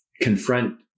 confront